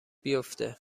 بیفته